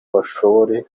bashobore